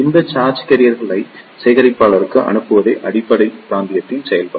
இந்த சார்ஜ் கேரியர்களை சேகரிப்பாளருக்கு அனுப்புவதே அடிப்படை பிராந்தியத்தின் செயல்பாடு